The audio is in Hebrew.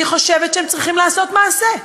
אני חושבת שהם צריכים לעשות מעשה,